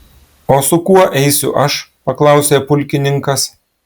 o su kuo eisiu aš paklausė pulkininkas